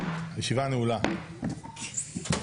הישיבה ננעלה בשעה